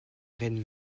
reine